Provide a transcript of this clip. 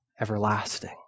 everlasting